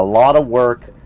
lot of work.